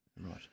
Right